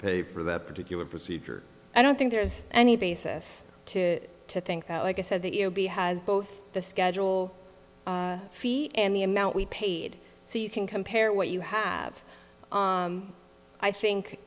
pay for that particular procedure i don't think there's any basis to to think like i said that you know b has both the schedule fee and the amount we paid so you can compare what you have i think